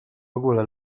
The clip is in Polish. ogóle